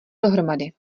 dohromady